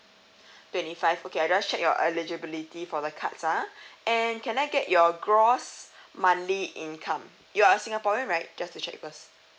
twenty five okay I just check your eligibility for the cards ah and can I get your gross monthly income you're a singaporean right just to check first